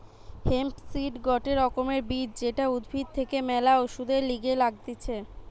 hemp seed গটে রকমের বীজ যেটা উদ্ভিদ থেকে ম্যালা ওষুধের লিগে লাগতিছে